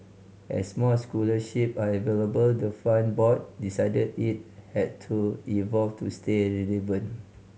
as more scholarships are available the fund board decided it had to evolve to stay relevant